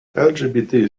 lgbt